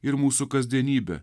ir mūsų kasdienybę